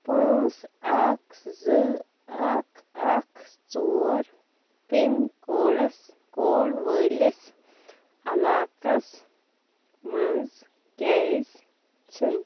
پانٛژھ اَکھ زٕ اَکھ اَکھ ژور پِن کوڈَس کوڈ وٲلِس علاقَس منٛز کیٛازِ چھُنہٕ